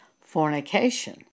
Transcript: fornication